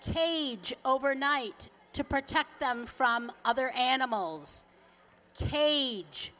cage overnight to protect them from other animals